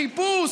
חיפוש,